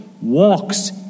walks